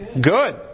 good